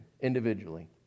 individually